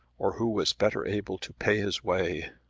or who was better able to pay his way.